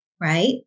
Right